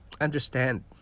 understand